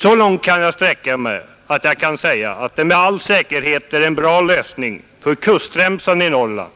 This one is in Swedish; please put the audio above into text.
Jag skall emellertid sträcka mig så långt att jag säger, att det med all säkerhet är en bra lösning för kustremsan i Norrland,